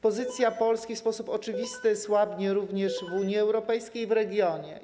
Pozycja Polski w sposób oczywisty słabnie również w Unii Europejskiej i w regionie.